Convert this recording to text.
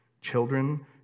children